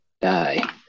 die